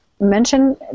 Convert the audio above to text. Mention